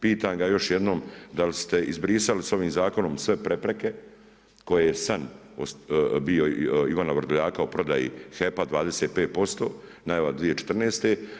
Pitam ga još jednom da li ste izbrisali sa ovim zakonom sve prepreke koji je san bio Ivana Vrdoljaka o prodaji HEP-a 25%, najava 2014.